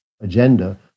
agenda